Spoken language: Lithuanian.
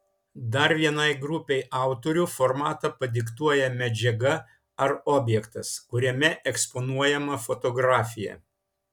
dar vienai grupei autorių formatą padiktuoja medžiaga ar objektas kuriame eksponuojama fotografija